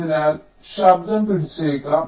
അതിനാൽ ശബ്ദം പിടിച്ചേക്കാം